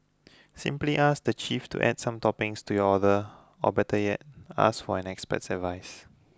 simply ask the chief to add some toppings to your order or better yet ask for an expert's advice